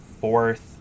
fourth